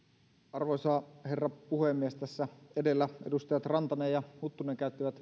arvoisa herra puhemies tässä edellä edustajat rantanen ja huttunen käyttivät